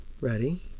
Ready